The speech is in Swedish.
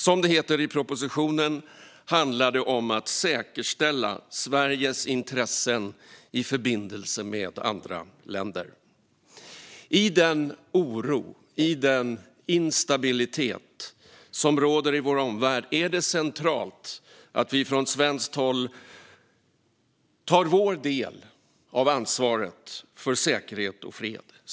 Som det heter i propositionen handlar det om att säkerställa Sveriges intressen i förbindelse med andra länder. Med den oro och instabilitet som råder i vår omvärld är det centralt att vi från svenskt håll tar vår del av ansvaret för säkerhet och fred.